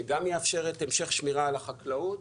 שגם יאפשר את המשך השמירה על החקלאות